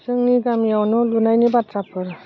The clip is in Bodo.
जोंनि गामियाव न' लुनायनि बाथ्राफोर